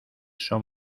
son